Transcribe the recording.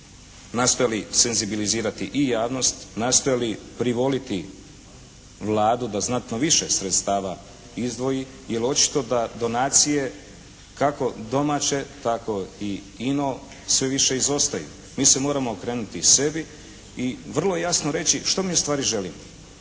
nastojali senzibilizirati i javnost, nastojali privoliti Vladu da znatno više sredstava izdvoji jer očito donacije kako domaće tako i ino sve više izostaju. Mi se moramo okrenuti sebi i vrlo jasno reći što mi ustvari želimo.